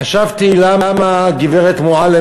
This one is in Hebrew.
חשבתי למה הגברת מועלם,